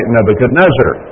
Nebuchadnezzar